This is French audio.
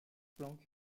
planck